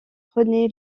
prunay